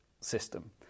system